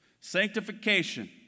Sanctification